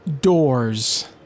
doors